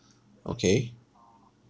okay